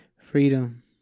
Freedom